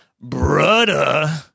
brother